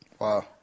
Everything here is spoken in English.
Wow